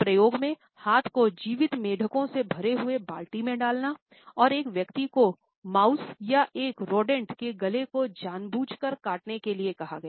एक प्रयोग में हाथ को जीवित मेंढकों से भरे हुए बाल्टी में डालना और एक व्यक्ति को माउस या एक रोडेंट के गले को जानबूझकर काटने के लिए कहा